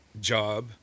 job